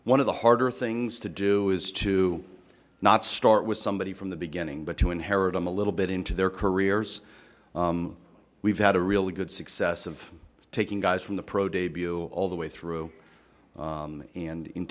one of the harder things to do is to not start with somebody from the beginning but to inherit i'm a little bit into their careers we've had a really good success of taking guys from the pro debut all the way through and in